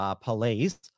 police